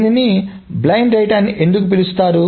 దీన్ని blind write అని ఎందుకు పిలుస్తారు